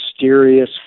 mysterious